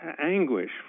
anguish